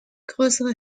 grössere